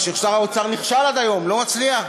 מה ששר האוצר נכשל עד היום, לא מצליח.